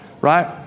right